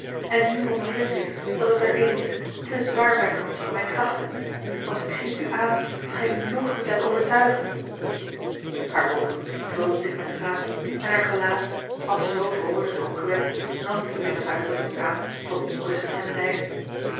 en nu ondervind ik dat het er eene is te zwaar bijkans voor mijne krachten want ik zie t u aan dat gij u ng niet laat overtuigen hare oogen vulden zich met tranen en haar gelaat pas zoo vroolijk en opgewekt nam nu weêr eene uitdrukking aan van onrust en lijden